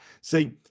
See